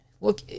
look